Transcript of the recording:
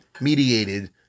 mediated